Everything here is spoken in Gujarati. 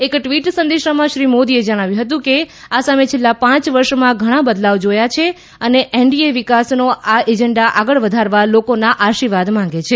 એક ટ઼વીટ સંદેશમાં શ્રી મોદીએ જણાવ્યું હતું કે આસામે છેલ્લા પાંચ વર્ષમાં ઘણા બદલાવ જોયા છે અને એનડીએ વિકાસનો આ એજેંડા આગળ વધારવા લોકોના આશીર્વાદ માંગે છે